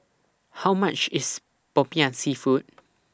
How much IS Popiah Seafood